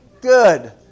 good